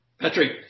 Patrick